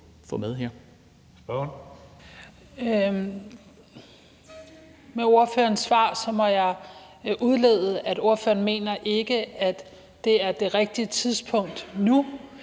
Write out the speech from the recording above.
Med ordførerens svar må jeg udlede, at ordføreren ikke mener, at det er det rigtige tidspunkt nu,